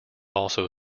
also